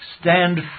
stand